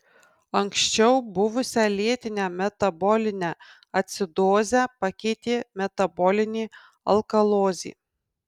anksčiau buvusią lėtinę metabolinę acidozę pakeitė metabolinė alkalozė